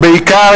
ובעיקר,